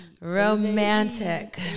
Romantic